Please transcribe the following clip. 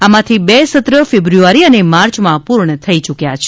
આમાંથી બે સત્ર ફેબ્રુઆરી અને માર્ચમાં પૂર્ણ થઈ યૂક્યા છે